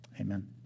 Amen